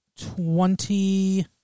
twenty